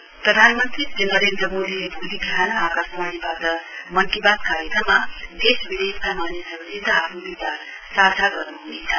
PM Mann Ki Baat प्रधानमन्त्री श्री नरेन्द्र मोदीले भोलि विहान आकाशवाणीवाट मन की बात कार्यक्रममा देश विदेशका मानिसहरुसित आफ्नो विचार साझा गर्नुहुनेछ